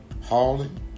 Hauling